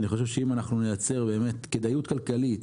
אם נייצר כדאיות כלכלית